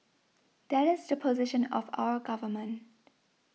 that is the position of our government